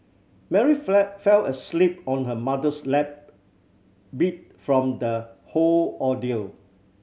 Mary fled fell asleep on her mother's lap beat from the whole ordeal